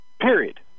period